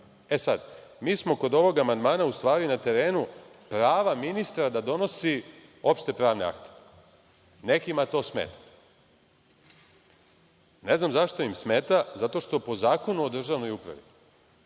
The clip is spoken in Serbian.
akt. Sada, mi smo kod ovog amandmana, u stvari na terenu prava ministra da donosi opšte pravne akte. Nekima to smeta. Ne znam zašto im to smeta, zato što po Zakonu o državnoj upravi